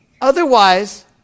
Otherwise